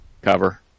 cover